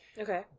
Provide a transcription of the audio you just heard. Okay